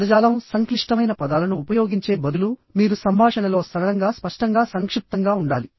పదజాలం సంక్లిష్టమైన పదాలను ఉపయోగించే బదులు మీరు సంభాషణలో సరళంగా స్పష్టంగా సంక్షిప్తంగా ఉండాలి